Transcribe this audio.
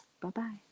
bye-bye